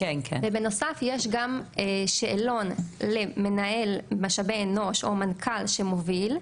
ובנוסף יש גם שאלון למנהל משאבי אנוש או מנכ"ל שמוביל,